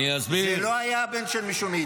זה לא היה הבן של מישהו מאיתנו.